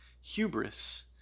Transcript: hubris